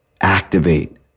Activate